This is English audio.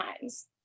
times